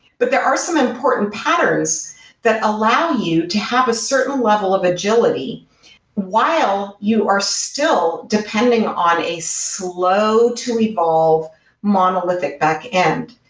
but there are some important patterns that allow you to have a certain level of agility while you are still depending on a slow to evolve monolithic backend,